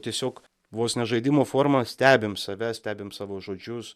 tiesiog vos ne žaidimo forma stebim save stebim savo žodžius